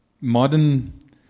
modern